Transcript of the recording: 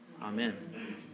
Amen